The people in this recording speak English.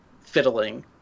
fiddling